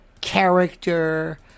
character